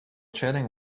chatting